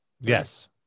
Yes